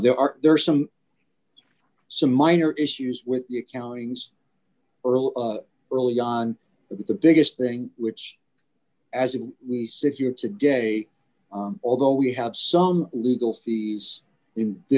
there are there are some some minor issues with the accountings early early on but the biggest thing which as we sit here today although we have some legal fee is in